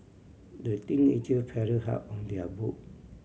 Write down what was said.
the teenager paddled hard on their boat